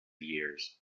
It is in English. years